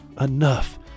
enough